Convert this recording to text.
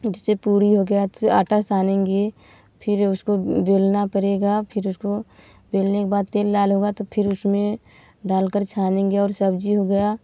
जिससे पूड़ी हो गया आपसे आटा सानेंगे फिर उसको बेलना पड़ेगा फिर उसको बेलने के बाद तेल लाल होगा तो फिर उसमें डाल कर छानेंगे और सब्ज़ी हो गया